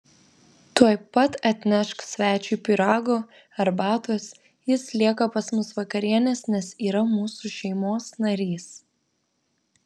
tuoj pat atnešk svečiui pyrago arbatos jis lieka pas mus vakarienės nes yra mūsų šeimos narys